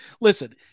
Listen